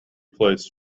place